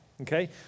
Okay